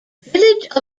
village